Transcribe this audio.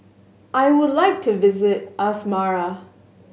I would like to visit Asmara